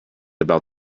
about